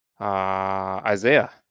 Isaiah